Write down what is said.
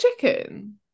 chicken